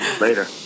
Later